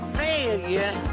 failure